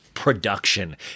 production